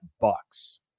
Bucks